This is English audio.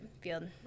field